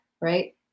right